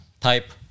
type